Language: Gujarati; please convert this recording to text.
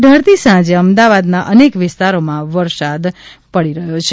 ઢળતી સાંજે અમદાવાદનાં અનેક વિસ્તારોમાં વરસાદ શરુ થઇ ગયો છે